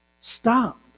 Stop